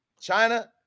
China